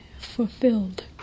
fulfilled